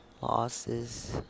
losses